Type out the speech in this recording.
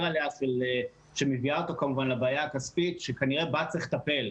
עליה שמביאה אותו כמובן לבעיה הכספית שכנראה בה צריך לטפל.